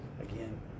Again